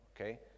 okay